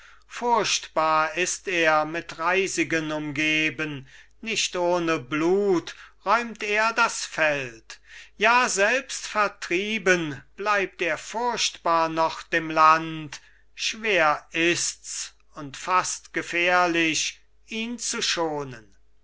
furchtbar ist er mit reisigen umgeben nicht ohne blut räumt er das feld ja selbst vertrieben bleibt er furchtbar noch dem land schwer ist's und fast gefährlich ihn zu schonen